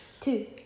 Two